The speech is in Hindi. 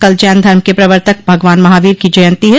कल जैन धर्म के प्रवर्तक भगवान महावीर की जयन्ती है